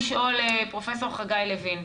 פרופ' חגי לוין,